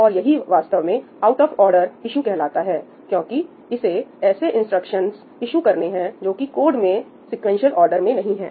और यही वास्तव में आउट ऑफ ऑर्डर ईशु कहलाता हैक्योंकि इसे ऐसे इंस्ट्रक्शंस ईशु करने हैं जो कि कोड में सीक्वेंशियल आर्डर में नहीं है